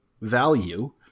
value